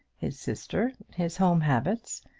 his sister, his home habits,